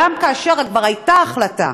גם כאשר כבר הייתה החלטה.